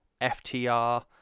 FTR